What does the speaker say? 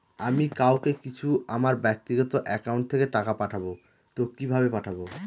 আমি কাউকে কিছু আমার ব্যাক্তিগত একাউন্ট থেকে টাকা পাঠাবো তো কিভাবে পাঠাবো?